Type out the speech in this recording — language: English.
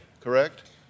correct